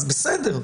אז, בסדר,